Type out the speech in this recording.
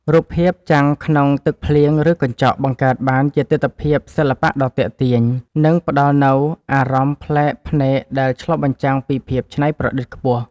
រូបភាពចាំងក្នុងទឹកភ្លៀងឬកញ្ចក់បង្កើតបានជាទិដ្ឋភាពសិល្បៈដ៏ទាក់ទាញ និង ផ្តល់នូវអារម្មណ៍ប្លែកភ្នែកដែលឆ្លុះបញ្ចាំងពីភាពច្នៃប្រឌិតខ្ពស់។